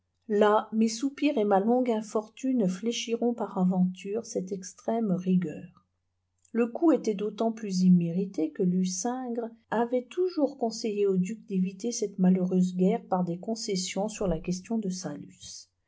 là mes soupirs et ma longue infortune fléchiront par aventure cette extrême rigueur le coup était d'autant plus immérité que lucingc avait toujours conseillé au duc d'éviter cette malheureuse guerre par des concessions sur la question de